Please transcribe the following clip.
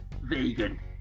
vegan